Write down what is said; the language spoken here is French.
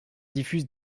diffuse